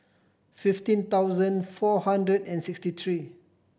fifteen thousand four hundred and sixty three